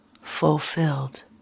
fulfilled